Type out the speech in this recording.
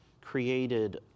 created